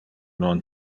non